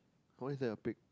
why is there a pig